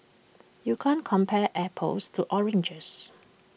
you can't compare apples to oranges